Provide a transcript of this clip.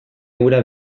hura